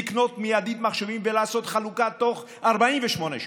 לקנות מיידית מחשבים ולעשות חלוקה תוך 48 שעות,